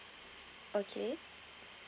okay